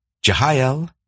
Jehiel